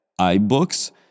iBooks